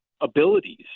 abilities